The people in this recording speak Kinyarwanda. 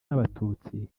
n’abatutsi